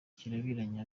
kirabiranya